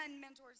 mentors